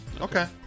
Okay